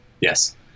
Yes